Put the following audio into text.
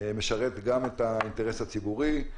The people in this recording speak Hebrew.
משרת גם את האינטרס הציבורי,